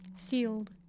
Sealed